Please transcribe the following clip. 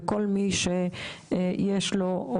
וכל מי שיש לו,